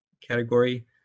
category